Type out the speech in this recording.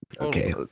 Okay